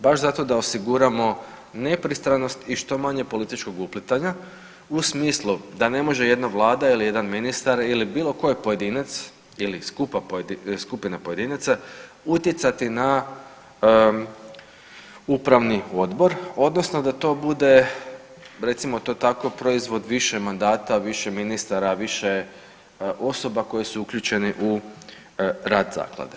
Baš zato da osiguramo nepristranost i što manje političkog uplitanja u smislu da ne može jedna vlada ili jedan ministar ili bilo koji pojedinac ili skupina pojedinaca utjecati na upravni odbor odnosno da to bude recimo to tako proizvod više mandata, više ministara, više osoba koje su uključene u rad zaklade.